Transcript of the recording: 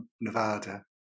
Nevada